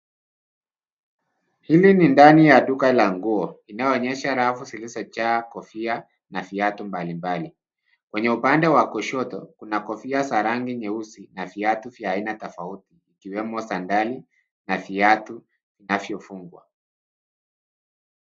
Hili nin dani ya duka la nguo, inayoonyesha rafu zilizojaa kofia na viatu mbalimbali. Kwenye upande wa kushoto, kuna kofia za rangi nyeusi na viatu vya aina tofauti, ikiwemo sandali na viatu vinavyofungwa.